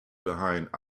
behind